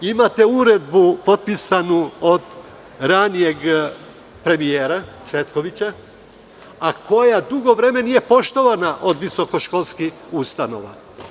Imate uredbu potpisanu od ranijeg premijera Cvetkovića, a koja nije dugo vremena poštovana od strane visokoškolskih ustanova.